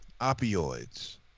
opioids